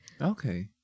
Okay